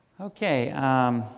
Okay